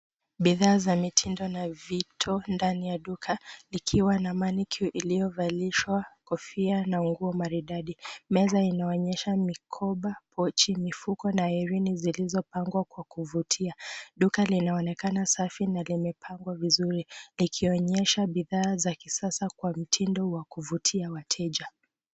Bidhaa za mitindo na vito ndani ya duka likiwa na Mannequin iliyovalishwa kofia na nguo maridadi. Meza inaonyesha mikoba, pochi, mifuko na herini zilizoangwa kwa kuvutia. Duka linaonekana safi na limepangwa vizuri likionyesha bidhaa za kisasa kwa mtindo wa kuvutia wateja.